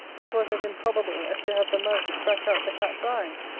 it was as improbable as to have the mouse scratch out the cat's eyes.